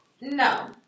No